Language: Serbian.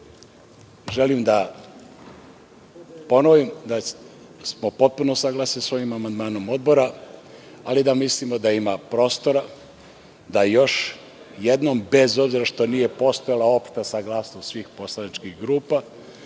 želim da ponovim da smo potpuno saglasni sa ovim amandmanom Odbra, ali da mislimo da ima prostora da još jednom bez obzira što nije postojala opšta saglasnost svih poslaničkih grupa,